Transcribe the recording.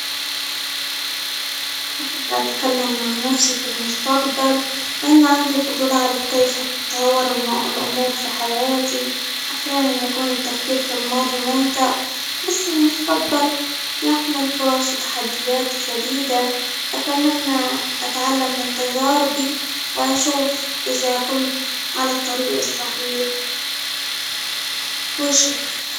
أحب أتكلم مع نفسي في المستقبل لأن عندي فضول أعرف كيف الأمور في حياتي أحيانا يكون التفكير في الماضي ممتع، مثل المستقبل يحمل فرص وتحديات شديدة ، أتمنى أتعلم من تجاربي وأشوف إذا كنت على الطريق الصحيح.